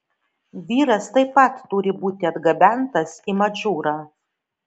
vyras taip pat turi būti atgabentas į madžūrą